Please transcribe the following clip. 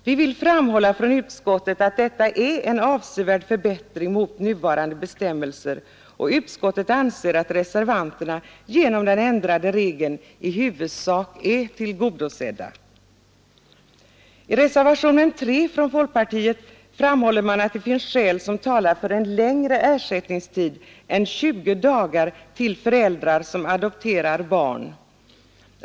Vi vill framhålla att detta är en avsevärd förbättring i förhållande till nuvarande bestämmelser, och utskottet anser att reservanterna genom den ändrade regeln i huvudsak är tillgodosedda. I reservationen 3 från folkpartiet framhålles att det finns skäl som talar för en längre ersättningstid än 20 dagar till föräldrar som adopterar barn.